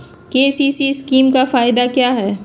KCC scheme का फायदा क्या है?